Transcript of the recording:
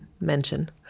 mention